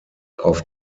auf